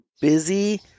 busy